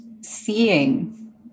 seeing